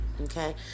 Okay